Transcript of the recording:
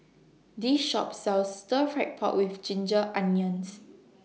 This Shop sells Stir Fried Pork with Ginger Onions